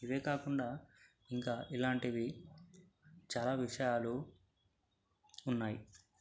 ఇవే కాకుండా ఇంకా ఇలాంటివి చాలా విషయాలు ఉన్నాయి